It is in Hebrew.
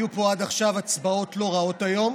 היו פה עד עכשיו הצבעות לא רעות היום.